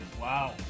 Wow